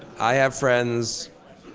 i have friends.